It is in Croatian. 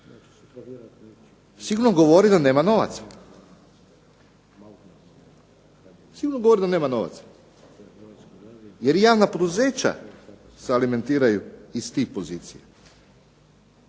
sigurno govori da nema novaca. Sigurno govori da nema novaca jer i javna poduzeća se alimentiraju iz tih pozicija.